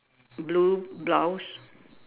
blue blouse